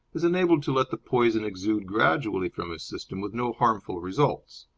is enabled to let the poison exude gradually from his system, with no harmful results.